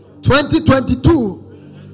2022